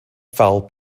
foul